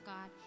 God